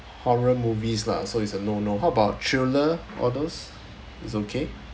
horror movies lah so it's a no no how bout thriller all those is okay